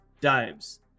Dives